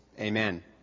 Amen